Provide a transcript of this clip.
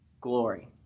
glory